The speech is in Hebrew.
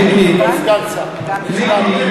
למה לא עכשיו, אדוני?